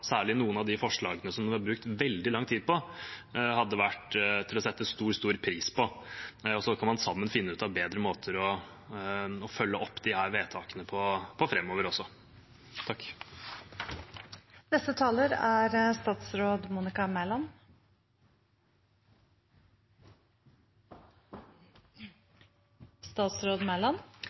noen av de forslagene hun har brukt veldig lang tid på, hadde blitt satt stor pris på. Og så kan man sammen finne bedre måter å følge opp disse vedtakene på framover. Jeg tegnet meg ikke. Jeg var satt opp, men jeg tenkte at jeg ikke trengte å gjenta det statsråd